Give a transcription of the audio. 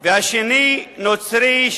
והשני נוצרי,